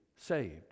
saved